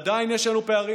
עדיין יש לנו פערים,